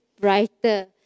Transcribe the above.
brighter